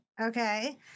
Okay